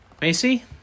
Macy